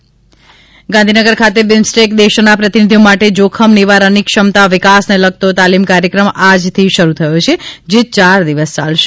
BIMSTEC તાલીમ શાળા ગાંધીનગર ખાતે બિમ્સટેક દેશો ના પ્રતિનિધિઓ માટે જોખમ નિવારણ ની ક્ષમતા વિકાસ ને લાગતો તાલીમ કાર્યક્રમ આજ થી શરૂ થયો છે જે ચાર દિવસ ચાલશે